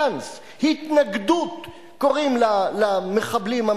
אתה מצביע בעד החוק ומוציא את היהודים.